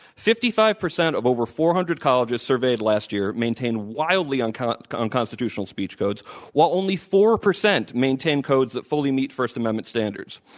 fifty five percent of over four hundred colleges surveyed last year maintain wildly and unconstitutional speech codes while only four percent maintain codes that fully meet first amendment standar ds.